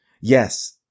Yes